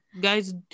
Guys